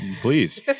Please